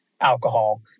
alcohol